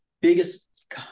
biggest